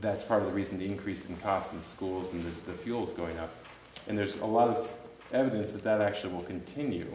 that's part of the reason the increase in cost in schools in the fuel is going up and there's a lot of evidence that that actually will continue